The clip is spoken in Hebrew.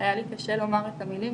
היה לי קשה לומר את המילים,